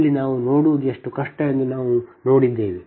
ಇಲ್ಲಿ ನಾವು ನೋಡುವುದು ಎಷ್ಟು ಕಷ್ಟ ಎಂದು ನಾವು ನೋಡಿದ್ದೇವೆ